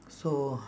so